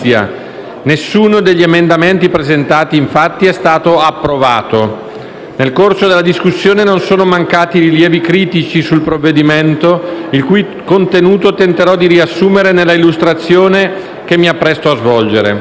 Nessuno degli emendamenti presentati, infatti, è stato approvato. Nel corso della discussione non sono mancati rilievi critici sul provvedimento, il cui contenuto tenterò di riassumere nella illustrazione che mi appresto a svolgere.